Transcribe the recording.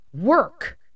work